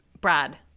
Brad